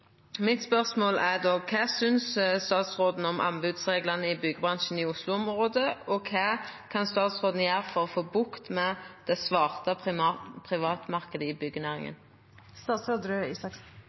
mitt er då: Kva synest statsråden om anbodsreglane i byggjebransjen i Oslo-området, og kva kan statsråden gjera for å få bukt med den svarte privatmarknaden i